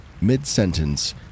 mid-sentence